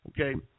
okay